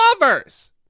lovers